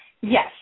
Yes